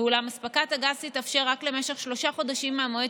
אולם אספקת הגז תתאפשר רק למשך שלושה חודשים מהמועד